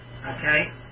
Okay